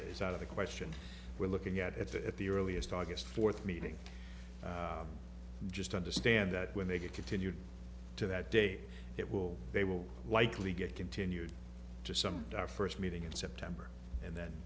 is out of the question we're looking at it at the earliest august fourth meeting just understand that when they get continued to that date it will they will likely get continued to some of our first meeting in september and then